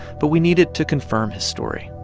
but we needed to confirm his story.